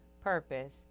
purpose